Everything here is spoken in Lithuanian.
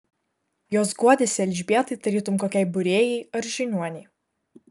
jos guodėsi elžbietai tarytum kokiai būrėjai ar žiniuonei